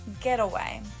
getaway